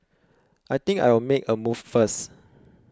I think I'll make a move first